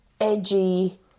Edgy